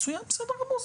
מצוין, בסדר גמור.